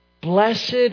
Blessed